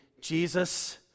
Jesus